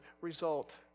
result